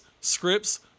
scripts